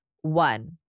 One